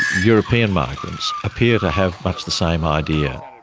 european migrants appear to have much the same idea.